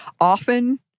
often